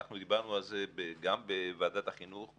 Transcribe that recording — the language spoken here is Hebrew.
אנחנו דיברנו על זה גם בוועדת החינוך,